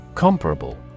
Comparable